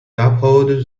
uphold